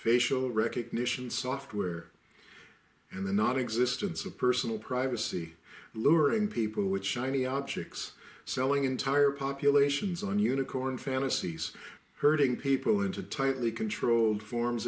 facial recognition software and the not existence of personal privacy luring people with shiny objects selling entire populations and unicorn fantasies hurting people into tightly controlled forms